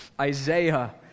Isaiah